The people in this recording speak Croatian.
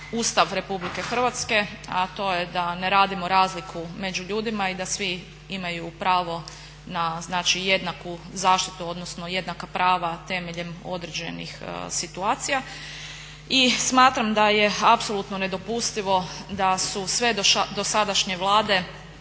Ustav RH, a to je da ne radimo razliku među ljudima i da svi imaju pravo na znači jednaku zaštitu odnosno jednaka prava temeljem određenih situacija i smatram da je apsolutno nedopustivo da su sve dosadašnje Vlade